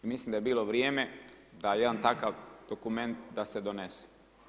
Mislim da je bilo vrijeme da jedan takav dokument da se donese.